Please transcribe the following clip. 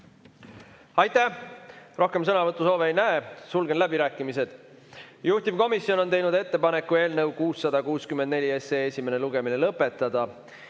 Aitäh! Rohkem sõnavõtusoove ei näe, sulgen läbirääkimised. Juhtivkomisjon on teinud ettepaneku eelnõu 664 esimene lugemine lõpetada.